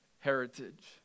heritage